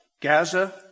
Gaza